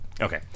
okay